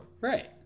Right